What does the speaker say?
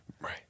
Right